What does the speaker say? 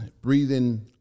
breathing